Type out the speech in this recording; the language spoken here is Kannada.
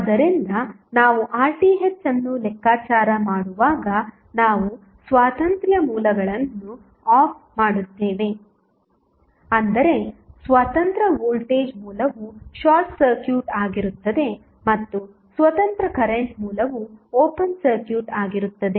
ಆದ್ದರಿಂದ ನಾವು RTh ಅನ್ನು ಲೆಕ್ಕಾಚಾರ ಮಾಡುವಾಗ ನಾವು ಸ್ವಾತಂತ್ರ್ಯ ಮೂಲಗಳನ್ನು ಆಫ್ ಮಾಡುತ್ತೇವೆ ಅಂದರೆ ಸ್ವತಂತ್ರ ವೋಲ್ಟೇಜ್ ಮೂಲವು ಶಾರ್ಟ್ ಸರ್ಕ್ಯೂಟ್ ಆಗಿರುತ್ತದೆ ಮತ್ತು ಸ್ವತಂತ್ರ ಕರೆಂಟ್ ಮೂಲವು ಓಪನ್ ಸರ್ಕ್ಯೂಟ್ ಆಗಿರುತ್ತದೆ